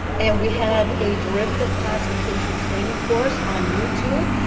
and we have a derivative classification training course on youtube.